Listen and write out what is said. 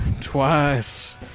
twice